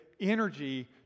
energy